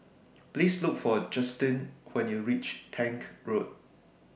Please Look For Justyn when YOU REACH Tank Road